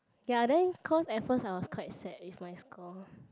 ya then cause at first I was quite sad with my score